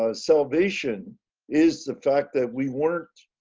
ah salvation is the fact that we weren't